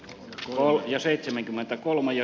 tuolloin jo seitsemänkymmentäkolme ja